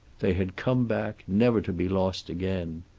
they had come back, never to be lost again.